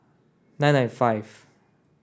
nine nine five